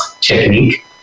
technique